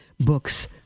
books